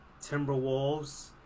Timberwolves